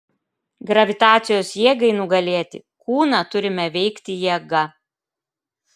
gravitacijos jėgai nugalėti kūną turime veikti jėga